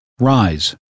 Rise